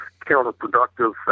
counterproductive